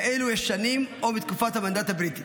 כאלו ישנים או מתקופת המנדט הבריטי.